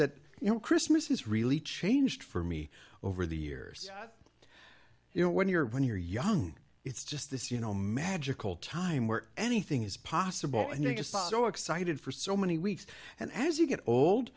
that you know christmas has really changed for me over the years you know when you're when you're young it's just this you know magical time where anything is possible and you're just so excited for so many weeks and as you get